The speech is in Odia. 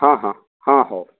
ହଁ ହଁ ହଁ ହଉ